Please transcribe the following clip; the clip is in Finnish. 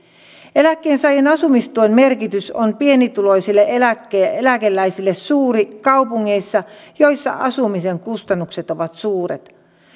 eläkkeensaajan asumistuen merkitys on pienituloisille eläkeläisille suuri kaupungeissa joissa asumisen kustannukset ovat suuret